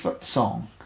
song